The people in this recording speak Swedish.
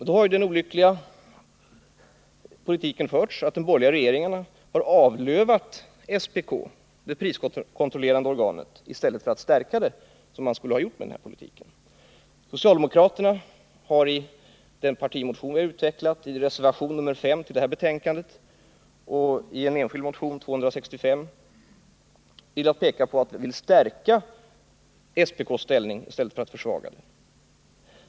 Den olyckliga politiken har nog förts att den borgerliga regeringen har avlövat SPK, det priskontrollerande organet, i stället för att stärka det. Vi socialdemokrater har i en partimotion, i reservationen 5 till detta betänkande och i en enskild motion 265 pekat på att vi vill stärka SPK:s ställning i stället för att försvaga den.